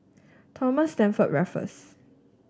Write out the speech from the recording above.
Thomas Stamford Raffles